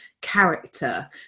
character